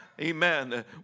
Amen